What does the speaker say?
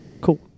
Cool